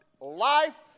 life